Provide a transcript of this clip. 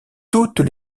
toutes